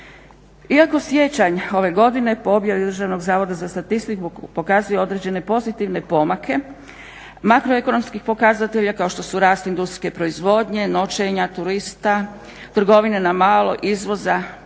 Iako siječanj ove godine po objavi Državnog zavoda za statistiku pokazuje određene pozitivne pomake makroekonomskih pokazatelja kao što su rast industrijske proizvodnje, noćenja turista, trgovine na malo, izvoza,